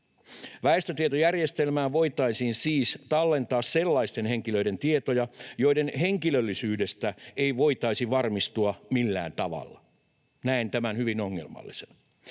Väestötietojärjestelmään voitaisiin siis tallentaa sellaisten henkilöiden tietoja, joiden henkilöllisyydestä ei voitaisi varmistua millään tavalla. Näen tämän hyvin ongelmallisena.